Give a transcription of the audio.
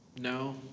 No